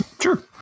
Sure